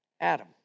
Adam